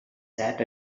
sat